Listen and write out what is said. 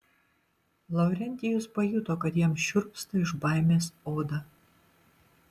lavrentijus pajuto kad jam šiurpsta iš baimės oda